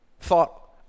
thought